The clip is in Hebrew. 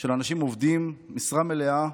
של אנשים העובדים במשרה מלאה,